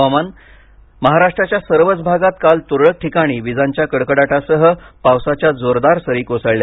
हवामान महाराष्ट्राच्या सर्वच भागात काल तुरळक ठिकाणी विजांच्या कडकडाटासह पावसाच्या जोरदार सर्री कोसळल्या